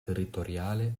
territoriale